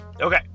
Okay